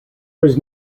was